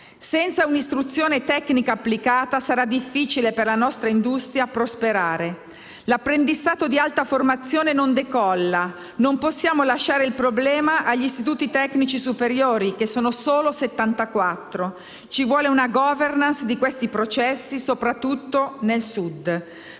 Senza un'istruzione tecnica applicata sarà difficile per la nostra industria prosperare. L'apprendistato di alta formazione non decolla. Non possiamo lasciare il problema agli istituti tecnici superiori, che sono solo 74. Ci vuole una *governance* di questi processi, soprattutto nel Sud.